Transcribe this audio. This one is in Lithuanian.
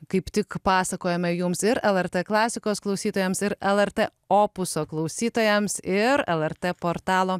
kaip tik pasakojame jums ir lrt klasikos klausytojams ir lrt opuso klausytojams ir lrt portalo